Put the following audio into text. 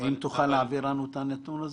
האם תוכל להעביר לנו את הנתון הזה?